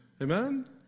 Amen